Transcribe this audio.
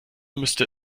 müsste